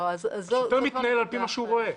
לא, אז --- השוטר מתנהל על פי מה שהוא רואה.